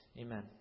Amen